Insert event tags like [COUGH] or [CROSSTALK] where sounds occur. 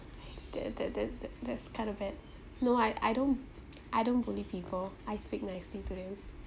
that that that that that's kind of it no I I don't [NOISE] I don't bully people I speak nicely to them